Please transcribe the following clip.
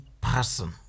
person